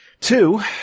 Two